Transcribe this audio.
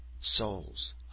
souls